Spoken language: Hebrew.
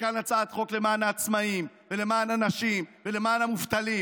וכאן הצעת חוק למען העצמאים ולמען הנשים ולמען המובטלים,